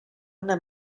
una